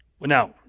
Now